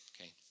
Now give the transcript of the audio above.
Okay